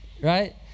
right